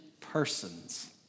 persons